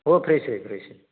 हो फ्रेश आहे फ्रेश आहे